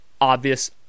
obvious